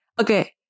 Okay